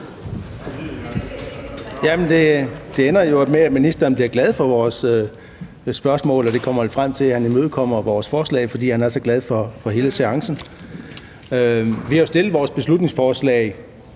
det ender jo med, at ministeren bliver glad for vores spørgsmål, og det kommer vi frem til, hvornår han imødekommer vores forslag, fordi han er så glad for hele seancen. Vi har jo fremsat vores beslutningsforslag